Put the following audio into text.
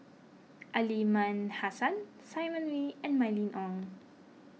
Aliman Hassan Simon Wee and Mylene Ong